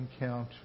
encounter